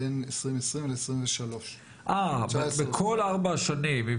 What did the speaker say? בין 2020-2023. בכל ארבע השנים.